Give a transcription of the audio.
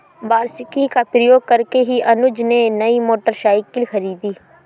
वार्षिकी का प्रयोग करके ही अनुज ने नई मोटरसाइकिल खरीदी